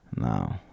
No